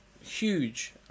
huge